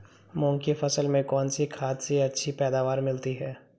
मूंग की फसल में कौनसी खाद से अच्छी पैदावार मिलती है?